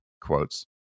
quotes